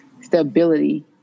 stability